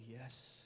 yes